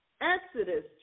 Exodus